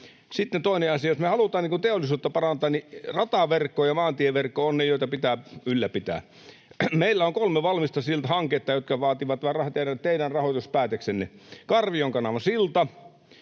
Sitten toinen asia. Jos me halutaan teollisuutta parantaa, niin rataverkko ja maantieverkko ovat ne, joita pitää ylläpitää. Meillä on kolme valmista hanketta, jotka vaativat vain teidän rahoituspäätöksenne: Karvion kanavan silta,